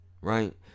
Right